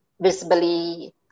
Visibly